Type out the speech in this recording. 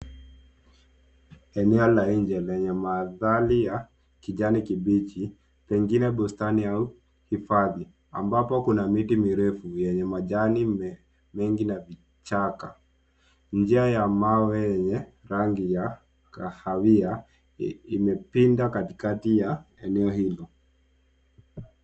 Eneo la nje lenye mandhari ya kijani kibichi, pengine bustani au hifadhi ambapo kuna miti mirefu yenye majani mengi na vichaka. Njia ya mawe yenye rangi ya kahawia imepinda katikati ya eneo hilo.